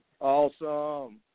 Awesome